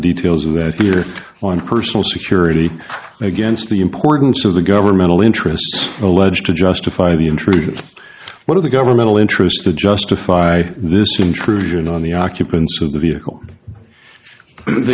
details of their own personal security against the importance of the governmental interests alleged to justify the intrusion what are the governmental interests to justify this intrusion on the occupants of the vehicle the